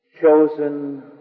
chosen